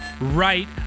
right